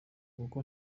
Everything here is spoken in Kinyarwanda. kuko